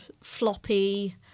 floppy